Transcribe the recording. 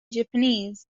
japanese